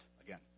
again